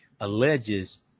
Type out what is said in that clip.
alleges